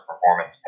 Performance